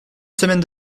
semaine